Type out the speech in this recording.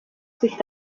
sich